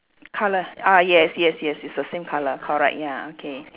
colour ah yes yes yes it's the same colour correct ya okay